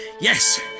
Yes